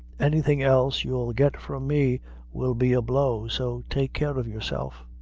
anything else you'll get from me will be a blow so take care of yourself.